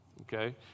okay